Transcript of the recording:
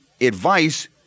advice